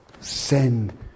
Send